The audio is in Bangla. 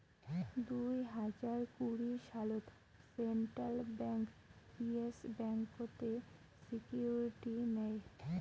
দুই হাজার কুড়ি সালত সেন্ট্রাল ব্যাঙ্ক ইয়েস ব্যাংকতের সিকিউরিটি নেয়